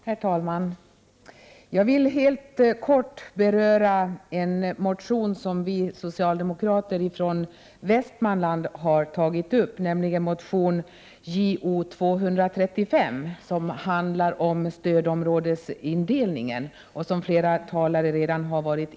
Herr talman! Jag vill helt kort kommentera en motion som vi socialdemokrater från Västmanland har väckt, nämligen Jo235 som handlar om stödområdesindelningen som flera talare redan har berört.